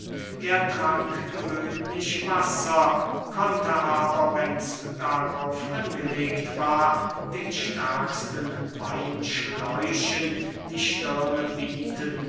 er trank gewöhnlich wasser konnte aber wenn's darauf angelegt war den stärksten weinschläuchen die stirne bieten